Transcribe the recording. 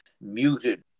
muted